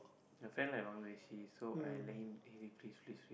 my friend like Bangladeshi so I let him he say please please please